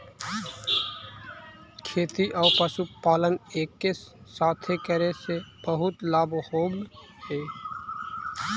खेती आउ पशुपालन एके साथे करे से बहुत लाभ होब हई